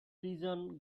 prison